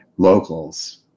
Locals